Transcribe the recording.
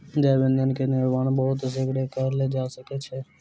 जैव ईंधन के निर्माण बहुत शीघ्र कएल जा सकै छै